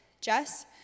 Jess